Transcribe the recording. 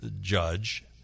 judge